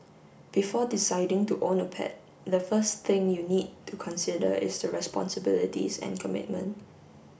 before deciding to own a pet the first thing you need to consider is the responsibilities and commitment